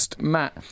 Matt